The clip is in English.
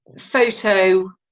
photo